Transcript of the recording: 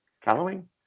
following